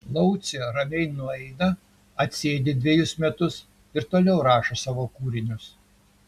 laucė ramiai nueina atsėdi dvejus metus ir toliau rašo savo kūrinius